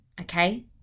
Okay